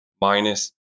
minus